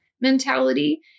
mentality